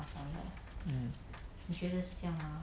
mm